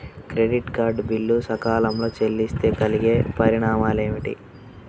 Credit card bill సకాలంలో చెల్లిస్తే కలిగే పరిణామాలేమిటి?